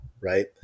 right